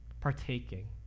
partaking